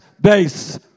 base